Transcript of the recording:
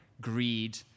Greed